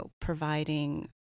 providing